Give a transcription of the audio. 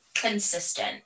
consistent